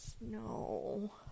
No